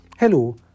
Hello